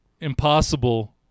impossible